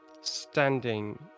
standing